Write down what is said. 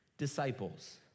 disciples